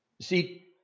See